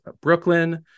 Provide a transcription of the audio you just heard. Brooklyn